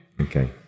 okay